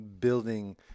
building